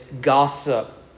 gossip